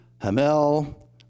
Hamel